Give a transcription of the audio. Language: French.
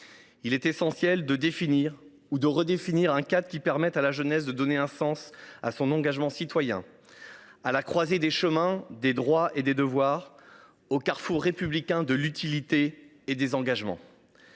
Il est essentiel de définir ou de redéfinir un cadre qui permette à la jeunesse de donner un sens à son engagement citoyen, à la croisée des chemins des droits et des devoirs, au carrefour républicain de l’utilité et des engagements.